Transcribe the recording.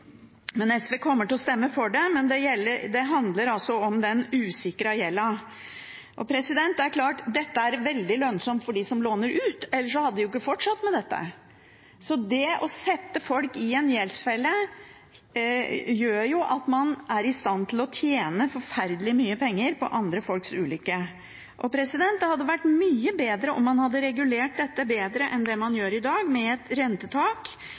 men det handler altså om den usikrede gjelden. Dette er veldig lønnsomt for dem som låner ut, ellers hadde de ikke fortsatt med det. Det å sette folk i en gjeldsfelle gjør jo at man er i stand til å tjene forferdelig mye penger på andre folks ulykke. Det hadde vært mye bedre om man hadde regulert dette bedre enn det man gjør i dag, med et rentetak,